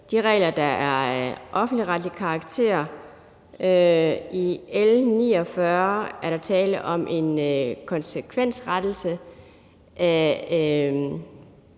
de regler, der er af offentligretlig karakter. I L 49 er der tale om en konsekvensrettelse